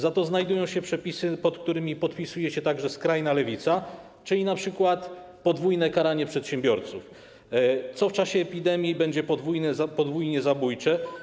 Za to znajdują się przepisy, pod którymi podpisuje się także skrajna Lewica, np. o podwójnym karaniu przedsiębiorców, co w czasie epidemii będzie podwójnie zabójcze.